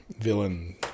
villain